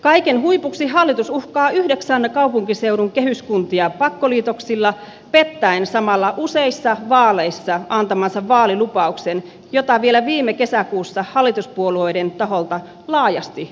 kaiken huipuksi hallitus uhkaa yhdeksään kaupunkiseudun kehyskuntia pakkoliitoksilla peritään samalla useissa vaaleissa antamansa vaalilupaukseen jota vielä viime kesäkuussa hallituspuolueiden taholta laajasti